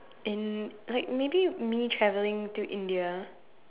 and like maybe me travelling to India